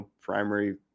primary